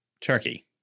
turkey